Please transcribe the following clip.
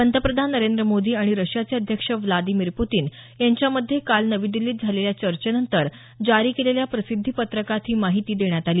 पंतप्रधान नरेंद्र मोदी आणि रशियाचे अध्यक्ष व्लादिमीर पुतीन यांच्यामध्ये काल नवी दिछीत झालेल्या चर्चेनंतर जारी केलेल्या प्रसिद्धीपत्रकात ही माहिती देण्यात आली